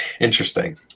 Interesting